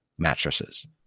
mattresses